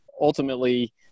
ultimately